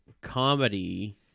comedy